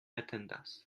atendas